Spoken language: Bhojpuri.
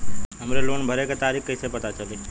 हमरे लोन भरे के तारीख कईसे पता चली?